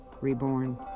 reborn